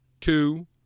two